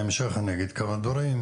בהמשך אגיד כמה דברים,